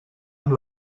amb